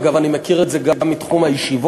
אגב, אני מכיר את זה גם מתחום הישיבות.